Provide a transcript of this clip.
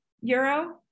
euro